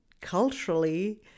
culturally